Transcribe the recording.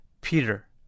Peter